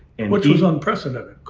and which was unprecedented,